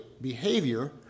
behavior